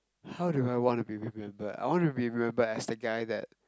how do I wanna be remembered I wanna be remembered as the guy that